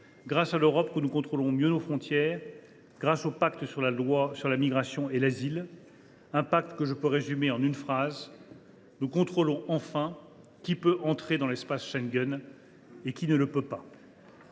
grâce à l’Europe que nous contrôlons mieux nos frontières, au travers du pacte sur la migration et l’asile. Je peux résumer ce pacte en une phrase : nous contrôlons enfin qui peut entrer dans l’espace Schengen et qui ne le peut pas.